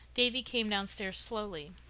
davy came downstairs slowly.